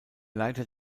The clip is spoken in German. leiter